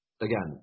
Again